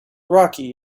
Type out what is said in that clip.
rocky